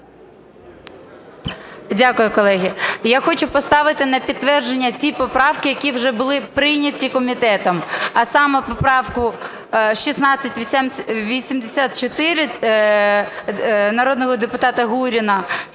Дякую, колеги. Я хочу поставити на підтвердження ті поправки, які вже були прийняті комітетом, а саме поправку 1684 народного депутата Гуріна